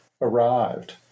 arrived